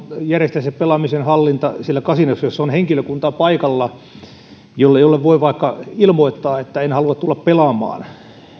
järjestää pelaamisen hallinta siellä kasinoissa joissa on paikalla henkilökuntaa jolle voi vaikka ilmoittaa että en halua tulla pelaamaan